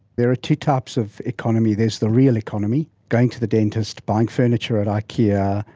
there are two types of economy, there's the real economy going to the dentist, buying furniture at ikea,